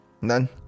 None